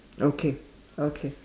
okay okay